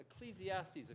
Ecclesiastes